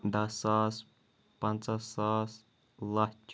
دَہ ساس پنٛژاہ ساس لَچھ